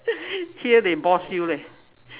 here they boss you leh